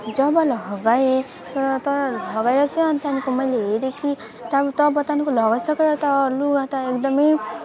जब लगाएँ तर तर लगाएर चाहिँ अनि त्यहाँदेखिको मैले हेरेँ कि तब तब त्यहाँको लगाइसकेर त लुगा त एकदम